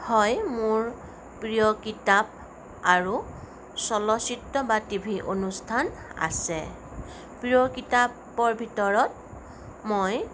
হয় মোৰ প্ৰিয় কিতাৰ আৰু চলচিত্ৰ বা টি ভি অনুষ্ঠান আছে প্ৰিয় কিতাপৰ ভিতৰত মই